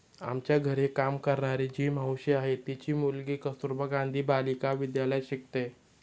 आमच्या घरी काम करणारी जी मावशी आहे, तिची मुलगी कस्तुरबा गांधी बालिका विद्यालयात शिकते